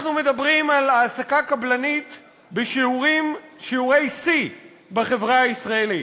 אנחנו מדברים על העסקה קבלנית בשיעורי שיא בחברה הישראלית,